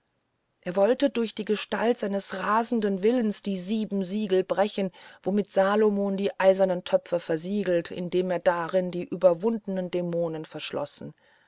er wollte durch die gewalt seines rasenden willens die sieben siegel brechen womit salomon die eisernen töpfe versiegelt nachdem er darin die überwundenen dämonen verschlossen